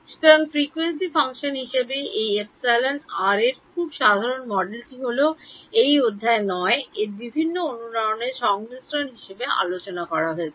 সুতরাং frequency function হিসাবে এই এপসিলন আর এর খুব সাধারণ মডেলটি হল এই অধ্যায় 9 এ বিভিন্ন অনুরণনের সংমিশ্রণ হিসাবে আলোচনা করা হয়েছে